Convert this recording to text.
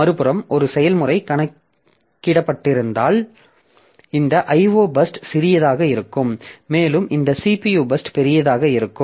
மறுபுறம் ஒரு செயல்முறை கணக்கிடப்பட்டிருந்தால் இந்த IO பர்ஸ்ட் சிறியதாக இருக்கும் மேலும் இந்த CPU பர்ஸ்ட் பெரியதாக இருக்கும்